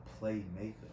playmaker